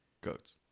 Goats